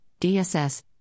DSS